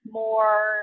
more